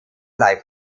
live